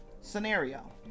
scenario